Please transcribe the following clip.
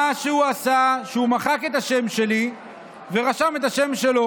מה שהוא עשה זה שהוא מחק את השם שלי ורשם את שלו.